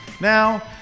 Now